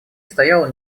стоял